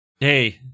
Hey